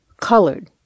colored